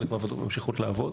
חלק מהוועדות ממשיכות לעבוד,